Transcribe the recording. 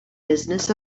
business